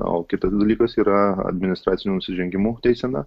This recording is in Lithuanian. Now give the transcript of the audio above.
o kitas dalykas yra administracinių nusižengimų teisena